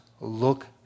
look